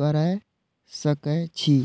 कैर सकै छी